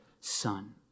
son